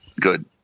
good